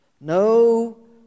no